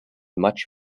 much